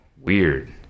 weird